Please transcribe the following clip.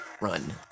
Run